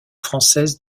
française